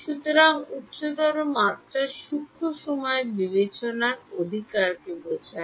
সুতরাং উচ্চতর মাত্রা সূক্ষ্ম সময়ের বিবেচনার অধিকারকে বোঝায়